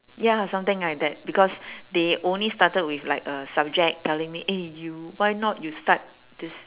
ya something like that because they only started with like a subject telling me eh you why not you start this